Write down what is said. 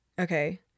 Okay